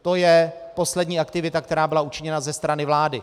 To je poslední aktivita, která byla učiněna ze strany vlády.